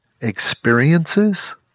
experiences